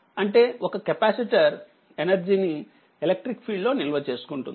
అంటే ఒక capacitor energy ని ఎలక్ట్రిక్ ఫీల్డ్ లో నిల్వ చేసుకుంటుంది